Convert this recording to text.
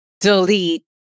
delete